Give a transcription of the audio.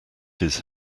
his